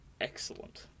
excellent